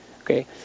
Okay